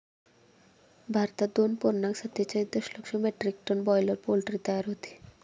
भारतात दोन पूर्णांक सत्तेचाळीस दशलक्ष मेट्रिक टन बॉयलर पोल्ट्री तयार होते